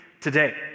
today